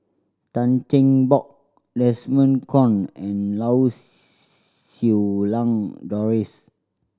Tan Cheng Bock Desmond Kon and Lau Siew Lang Doris